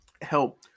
help